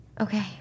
Okay